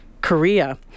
Korea